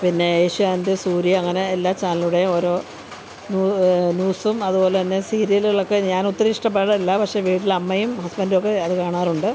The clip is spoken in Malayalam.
പിന്നെ ഏഷ്യാനെറ്റ് സൂര്യ അങ്ങനെ എല്ലാ ചാനലൂടെ ഓരോ ന്യൂ ന്യൂസും അതുപോലെ തന്നെ സീരിയലുകളൊക്കെ ഞാനൊത്തിരി ഇഷ്ടപ്പെടില്ല പക്ഷേ വീട്ടിലമ്മയും ഹസ്ബൻഡൊക്കെ അത് കാണാറുണ്ട്